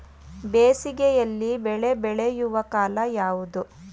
ಬೇಸಿಗೆ ಯಲ್ಲಿ ಬೆಳೆ ಬೆಳೆಯುವ ಕಾಲ ಯಾವುದು?